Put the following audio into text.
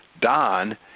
Don